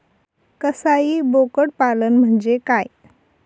कसाई बोकड पालन म्हणजे काय?